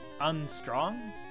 unstrong